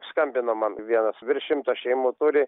skambino man vienas virš šimto šeimų turi